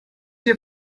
your